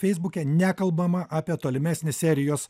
feisbuke nekalbama apie tolimesnį serijos